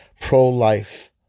Pro-life